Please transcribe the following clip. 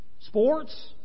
sports